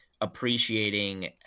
appreciating